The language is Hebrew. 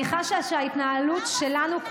אני חשה שההתנהלות שלנו,